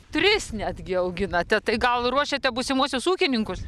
tris netgi auginate tai gal ruošiate būsimuosius ūkininkus